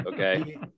Okay